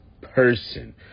person